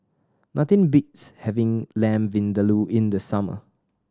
nothing beats having Lamb Vindaloo in the summer